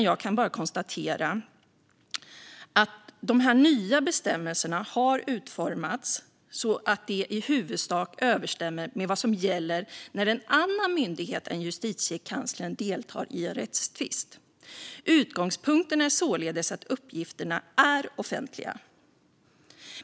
Jag kan bara konstatera att de nya bestämmelserna har utformats så att de i huvudsak överensstämmer med vad som gäller när en annan myndighet än Justitiekanslern deltar i en rättstvist. Utgångspunkten är således att uppgifterna är offentliga.